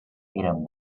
eren